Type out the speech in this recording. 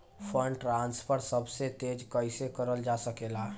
Fund transfer सबसे तेज कइसे करल जा सकेला?